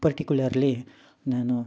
particularly ನಾನು